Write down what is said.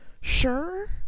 sure